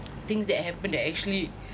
things that happened that actually